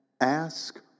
Ask